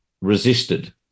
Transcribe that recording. resisted